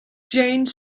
jane